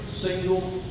single